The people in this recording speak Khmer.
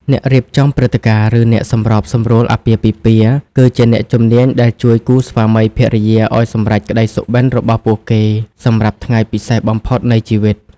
អ្នករៀបចំព្រឹត្តិការណ៍ ឬអ្នកសម្របសម្រួលអាពាហ៍ពិពាហ៍ គឺជាអ្នកជំនាញដែលជួយគូស្វាមីភរិយាឱ្យសម្រេចក្តីសុបិន្តរបស់ពួកគេសម្រាប់ថ្ងៃពិសេសបំផុតនៃជីវិត។